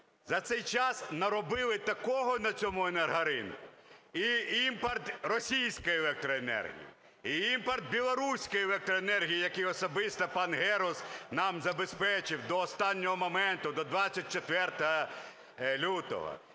За цей час наробили такого на цьому енергоринку! І імпорт російської електроенергії, і імпорт білоруської електроенергії, який особисто пан Герус нам забезпечив до останнього моменту, до 24 лютого.